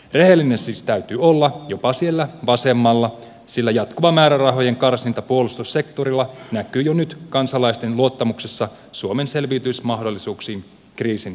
rehellinen siis täytyy olla jopa siellä vasemmalla sillä jatkuva määrärahojen karsinta puolustussektorilla näkyy jo nyt kansalaisten luottamuksessa suomen selviytymismahdollisuuksiin kriisin yllättäessä